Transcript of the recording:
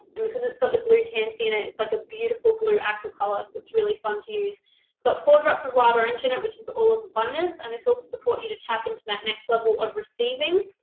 and because it's got the blue tansy in it, it's like a beautiful blue, aqua color, so it's really fun to use. it's got four drops of wild orange in it, which is the oil of abundance, and this will help support you to tap into that next level of receiving.